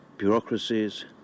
bureaucracies